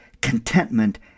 contentment